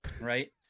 right